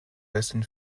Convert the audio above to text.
western